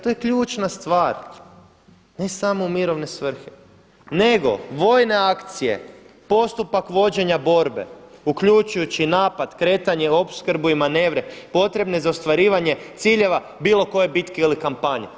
To je ključna stvar, ne samo u mirovne svrhe nego vojne akcije, postupak vođenja borbe uključujući i napad, kretanje, opskrbu i manevre potrebne za ostvarivanje ciljeva bilo koje bitke ili kampanje.